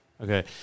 Okay